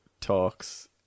talks